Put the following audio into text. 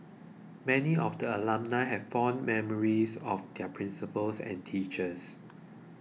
many of the alumnae have fond memories of their principals and teachers